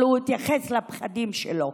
אבל הוא התייחס לפחדים שלו.